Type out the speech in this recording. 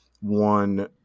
one